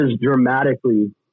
dramatically